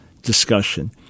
discussion